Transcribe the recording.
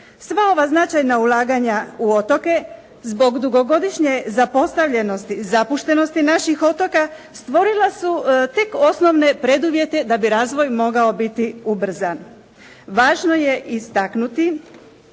Sva ova značajna ulaganja u otoke zbog dugogodišnje zapostavljenosti i zapuštenosti naših otoka, stvorila su tek osnove preduvjete da bi razvoj mogao biti ubrzan. Važno je istaknuti